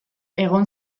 egon